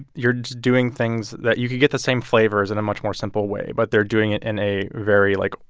you're just doing things that you can get the same flavors in a much more simple way. but they're doing it in a very, like,